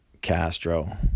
Castro